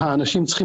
אבנר גולן, תרצה